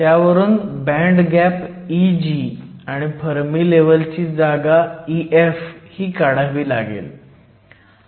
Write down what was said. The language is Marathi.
त्यावरून बँड गॅप Eg आणि फर्मी लेव्हलची जागा Ef काढावी लागेल